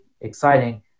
exciting